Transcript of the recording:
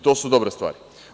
To su dobre stvari.